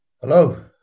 Hello